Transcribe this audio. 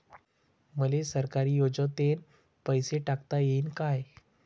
मले सरकारी योजतेन पैसा टाकता येईन काय?